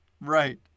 Right